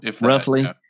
Roughly